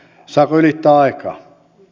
saako ylittää aikaa